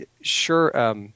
sure